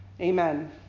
Amen